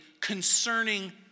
concerning